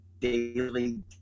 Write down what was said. Daily